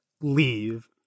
leave